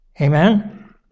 Amen